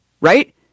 right